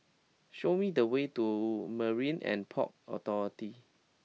show me the way to Marine And Port Authority